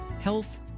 health